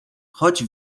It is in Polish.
choć